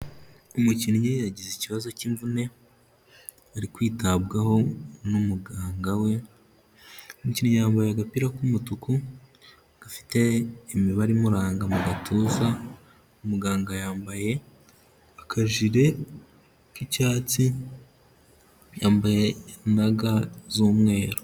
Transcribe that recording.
Umukinnyi yagize ikibazo cy'imvune ari kwitabwaho n'umuganga we, umukinnyi yambaye agapira k'umutuku, gafite imibare imuranga mu gatuza, muganga yambaye akajire k'icyatsi yambaye na ga z'umweru.